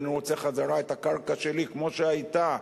אני רוצה חזרה את הקרקע שלי כמו שהיתה,